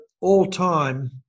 all-time